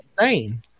insane